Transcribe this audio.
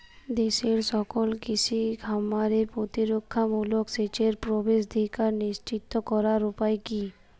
দেশের সকল কৃষি খামারে প্রতিরক্ষামূলক সেচের প্রবেশাধিকার নিশ্চিত করার উপায় কি?